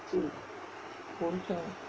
பொரிக்கணும்:porikkanum